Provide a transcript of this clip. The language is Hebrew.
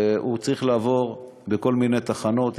הוא צריך לעבור בכל מיני תחנות,